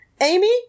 Amy